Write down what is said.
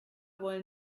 wollen